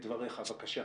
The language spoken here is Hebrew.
דבריך, בבקשה.